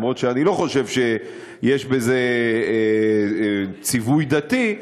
אף שאני לא חושב שיש בזה ציווי דתי,